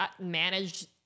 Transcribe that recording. manage